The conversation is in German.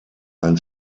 ein